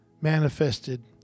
manifested